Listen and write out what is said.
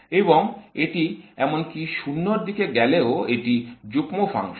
এবং এটি এমনকি 0 এর দিকে গেলেও এটি যুগ্ম ফাংশন